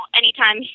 anytime